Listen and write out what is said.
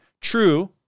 true